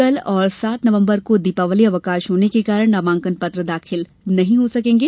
कल और सात नवम्बर को दीपावली अवकाश होने के कारण नामांकन पत्र दाखिल नहीं हो सकेंगे